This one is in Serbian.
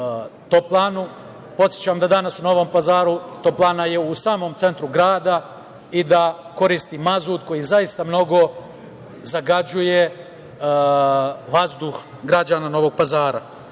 toplanu. Podsećam da danas u Novom Pazaru toplana je u samom centru grada i da koristi mazut, koji zaista mnogo zagađuje vazduh građana Novog Pazara. Ova